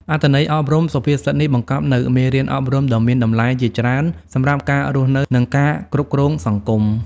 អត្ថន័យអប់រំសុភាសិតនេះបង្កប់នូវមេរៀនអប់រំដ៏មានតម្លៃជាច្រើនសម្រាប់ការរស់នៅ និងការគ្រប់គ្រងសង្គម។